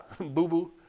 boo-boo